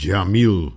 Jamil